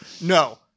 No